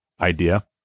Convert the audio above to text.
idea